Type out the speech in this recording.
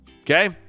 Okay